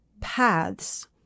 paths